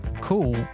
cool